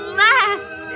last